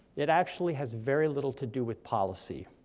it actually has very little to do with policy.